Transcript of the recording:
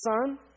son